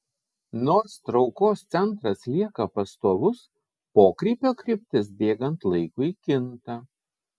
nors traukos centras lieka pastovus pokrypio kryptis bėgant laikui kinta